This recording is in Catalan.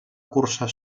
cursar